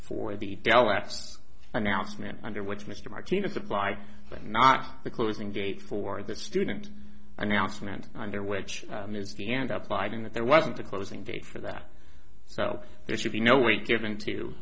for the delegates announcement under which mr martinez supply but not the closing date for the student announcement there which is the end up sliding that there wasn't a closing date for that so there should be no weight given to